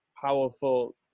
powerful